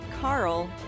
Carl